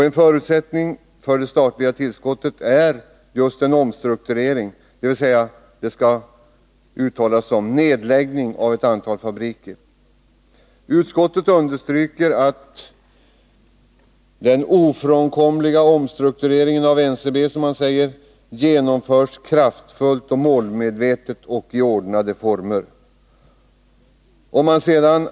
En förutsättning för det statliga tillskottet är just en omstrukturering eller — med ett annat uttryck — en nedläggning av ett antal fabriker. Utskottet understryker betydelsen av att ”den ofrånkomliga omstruktureringen av Ncb genomförs kraftfullt och målmedvetet” och ”i ordnade former”.